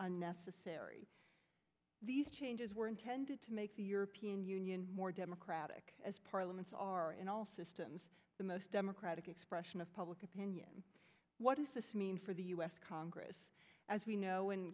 unnecessary these changes were intended to make the european union more democratic as parliaments are in all systems the most democratic expression of public opinion what does this mean for the u s congress as we know